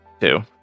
Two